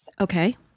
Okay